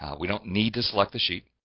we don't need to select the sheet.